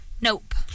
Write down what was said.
Nope